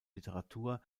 literatur